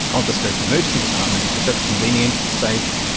i'll just go to the emergency department because that's convenient, safe',